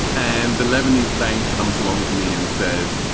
and the lebanese bank comes along to me and says,